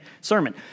sermon